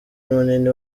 munini